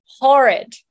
horrid